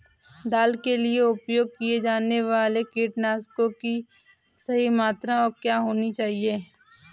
दाल के लिए उपयोग किए जाने वाले कीटनाशकों की सही मात्रा क्या होनी चाहिए?